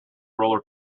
roller